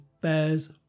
Bears